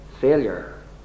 failure